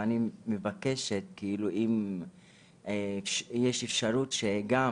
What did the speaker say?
אני מבקשת, אם יש אפשרות שגם